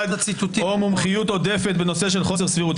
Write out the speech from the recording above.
או מומחיות עודפת בנושא של חוסר סבירות.